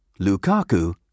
Lukaku